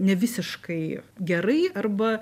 nevisiškai gerai arba